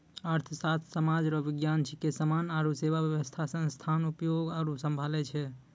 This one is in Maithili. अर्थशास्त्र सामाज रो विज्ञान छिकै समान आरु सेवा वेवस्था संसाधन उपभोग आरु सम्हालै छै